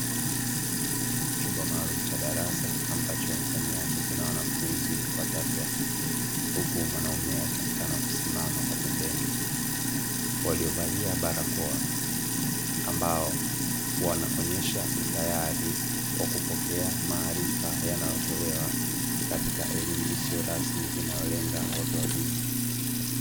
Chumba maalumu cha darasa ambacho ndani yake kina wanafunzi watatu wa kike. Huku mwanaume akionekana kusimama kwa pembeni. Waliovalia barakoa ambao wanaonyesha utayari wa kupokea maarifa yanayotolewa katika elimu isiyo rasmi inalenga watu wazima.